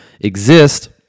exist